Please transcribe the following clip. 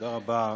תודה רבה,